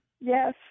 Yes